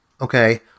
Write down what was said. okay